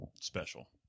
special